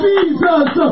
Jesus